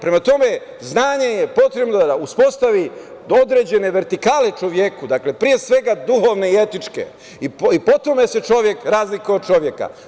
Prema tome, znanje je potrebno da uspostavi do određene vertikale čoveku, dakle, pre svega, duhovne i etičke i potome se čovek razlikuje od čoveka.